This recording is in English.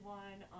one